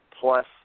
plus